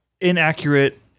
inaccurate